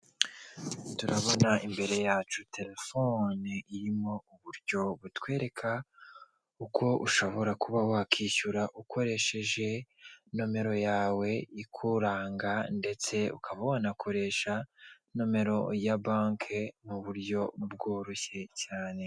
Turabona imbere yacu telefone irimo uburyo butwereka uko ushobora kuba wakwishyura ukoresheje nomero yawe ikuranga ndetse ukaba wanakoresha nomero ya banki mu buryo bworoshye cyane.